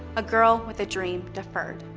a girl with a dream deferred.